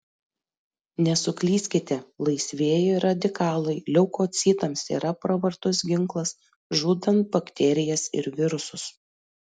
nesuklyskite laisvieji radikalai leukocitams yra pravartus ginklas žudant bakterijas ir virusus